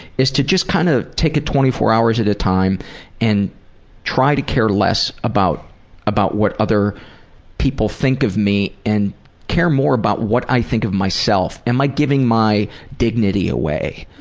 is to just kind of take it twenty four hours at a time and try to care less about about what other people think of me and care more about what i think of myself. am i giving my dignity away?